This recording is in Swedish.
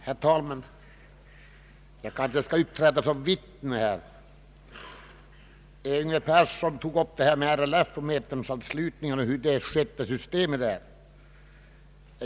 Herr talman! Jag kanske skall uppträda som vittne här. Herr Yngve Persson tog upp frågan om hur medlemsanslutning har gått till inom RLF.